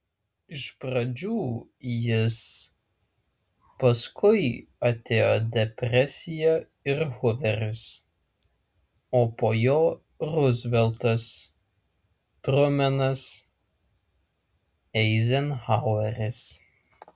iš pradžių jis paskui atėjo depresija ir huveris o po jo ruzveltas trumenas eizenhaueris